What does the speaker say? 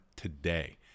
Today